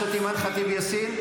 תמחק את הציוץ.